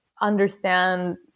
understand